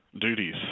duties